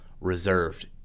reserved